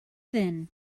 thin